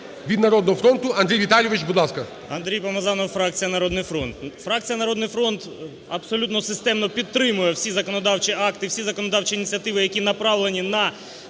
від "Народного фронту". Андрій Віталійович, будь ласка.